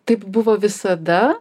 taip buvo visada